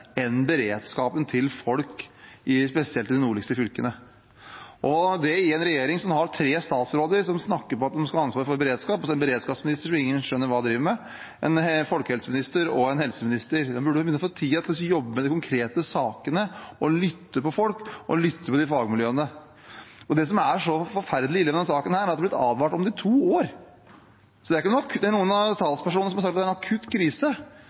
enn av beredskapen til folk, spesielt i de nordligste fylkene. Dette skjer med en regjering som har tre statsråder som snakker om at de skal ha ansvaret for beredskap – en beredskapsminister som ingen skjønner hva driver med, en folkehelseminister og en helseminister. De burde begynne å jobbe med de konkrete sakene og lytte til folk og til fagmiljøene. Det som er så forferdelig ille med denne saken, er at det er blitt advart mot dette i to år. Noen av talspersonene har sagt at det er en akutt krise, men det er en varslet krise.